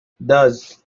thus